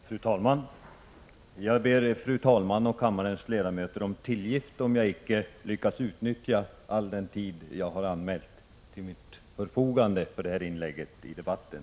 Prot. 1985/86:140 Fru talman! Jag ber fru talmannen och kammarens ledamöter om tillgift, 14 maj 1986 om jag icke lyckas utnyttja all den tid jag har anmält för detta inlägg i Viseri ; debatten.